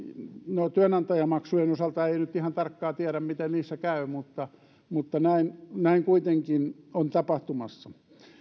no työnantajamaksujen osalta ei nyt ihan tarkkaan tiedä miten käy mutta mutta näin näin kuitenkin on tapahtumassa